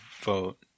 vote